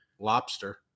Lobster